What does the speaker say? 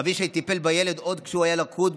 אבישי טיפל בילד עוד כשהוא היה לכוד,